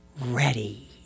ready